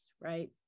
Right